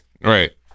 right